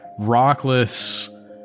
Rockless